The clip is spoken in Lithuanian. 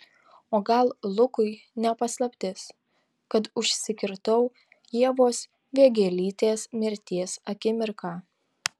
o gal lukui ne paslaptis kad užsikirtau ievos vėgėlytės mirties akimirką